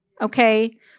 Okay